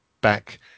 back